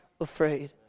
afraid